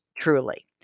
truly